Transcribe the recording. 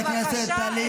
בבקשה,